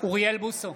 אוריאל בוסו,